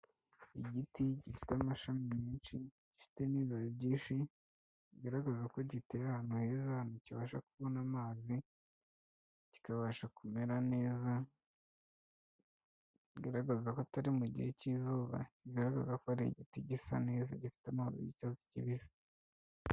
Igiti gifite amashami menshi, gifite n'ibibabi byinshi, bigaragaza ko giteye ahantu heza, ahantu kibasha kubona amazi, kikabasha kumera neza, bigaragaza ko atari mu gihe cy'izuba, kigaragaza ko ari igiti gisa neza, gifite amababi y'icyatsi kibisi.